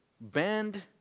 bend